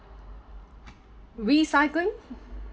recycling